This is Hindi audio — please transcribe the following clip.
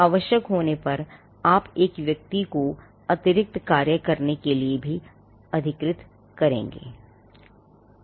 आवश्यक होने पर आप एक व्यक्ति को अतिरिक्त कार्य करने के लिए अधिकृत करेंगे